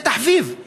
זה תחביב.